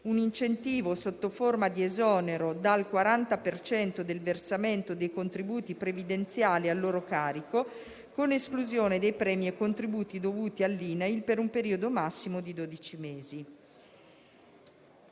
un incentivo, sotto forma di esonero dal 40 per cento del versamento dei contributi previdenziali a loro carico, con esclusione dei premi e contributi dovuti all'INAIL, per un periodo massimo di dodici mesi.